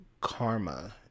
karma